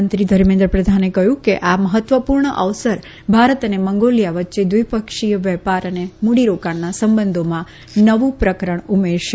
મંત્રી ધર્મેન્દ્ર પ્રધાને કહ્યું કે આ મહત્વપૂર્ણ અવસર ભારત અને મંગોલિયા વચ્ચે દ્વિપક્ષીય વ્યાપાર અને મૂડીરોકાણના સંબંધોમાં નવું પ્રકરણ ઉમેરશે